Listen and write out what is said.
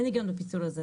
אין היגיון בפיצול הזה.